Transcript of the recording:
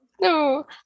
no